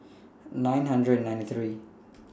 nine hundred and ninety three